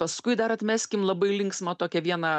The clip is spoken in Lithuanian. paskui dar atmeskim labai linksmą tokią vieną